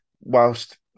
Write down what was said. whilst